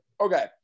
Okay